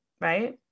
Right